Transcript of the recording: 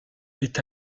est